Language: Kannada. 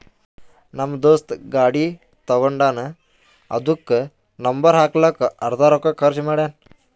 ನಮ್ ದೋಸ್ತ ಗಾಡಿ ತಗೊಂಡಾನ್ ಅದುಕ್ಕ ನಂಬರ್ ಹಾಕ್ಲಕ್ಕೆ ಅರ್ದಾ ರೊಕ್ಕಾ ಖರ್ಚ್ ಮಾಡ್ಯಾನ್